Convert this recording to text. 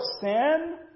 sin